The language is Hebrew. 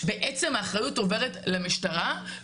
בעצם האחריות עוברת למשטרה.